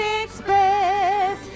express